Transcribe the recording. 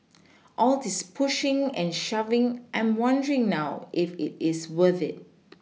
all this pushing and shoving I'm wondering now if it is worth it